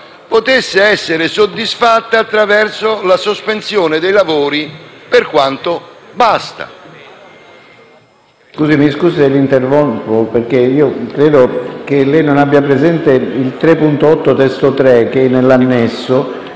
potesse essere soddisfatta attraverso la sospensione dei lavori per quanto basta.